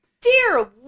Dear